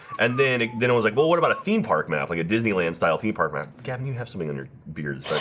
and then then it was like well what about a theme park map like a disneyland style theme park map can you have something? and